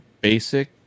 basic